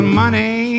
money